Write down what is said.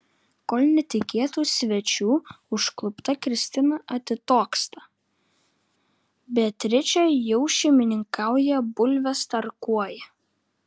kol netikėtų svečių užklupta kristina atitoksta beatričė jau šeimininkauja bulves tarkuoja